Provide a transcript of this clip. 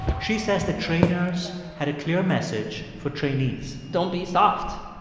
she says the trainers had a clear message for trainees don't be soft,